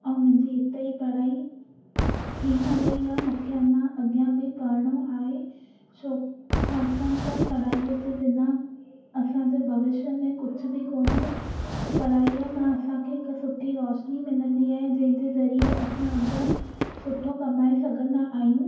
ऐं मुंहिंजी हिते ई पढाई थी न वई आहे मूंखे अञा अॻियां बि पढ़िणो आहे छो छाकाणि त पढ़ाईअ जे बिना असांजे भविष्य में कुझ बि कोन्हे पढ़ाई मां असांखे हिकु सुठी रौशनी मिलंदी आहे जंहिंजे ज़रिए असां अॻियां सुठो कमाए सघंदा आहियूं